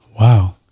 Wow